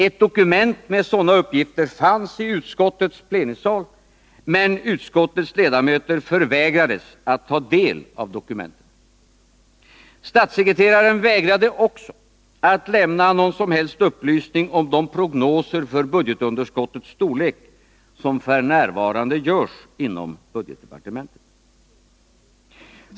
Ett dokument med sådana uppgifter fanns i utskottets plenisal, men utskottets ledamöter förvägrades att ta del av dokumentet. Statssekreteraren vägrade också att lämna någon som helst upplysning om de prognoser för budgetunderskottets storlek som f. n. görs inom budgetdepartementet.